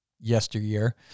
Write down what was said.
yesteryear